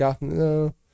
No